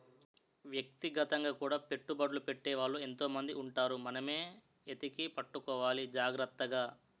వ్యక్తిగతంగా కూడా పెట్టుబడ్లు పెట్టే వాళ్ళు ఎంతో మంది ఉంటారు మనమే ఎతికి పట్టుకోవాలి జాగ్రత్తగా